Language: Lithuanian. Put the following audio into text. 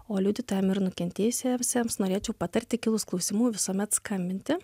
o liudytojam ir nukentėjusiesiems norėčiau patarti kilus klausimų visuomet skambinti